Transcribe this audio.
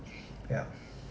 ya